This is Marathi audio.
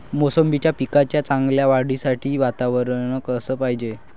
मोसंबीच्या पिकाच्या चांगल्या वाढीसाठी वातावरन कस पायजे?